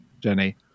Jenny